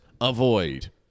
Avoid